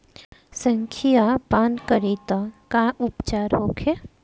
संखिया पान करी त का उपचार होखे?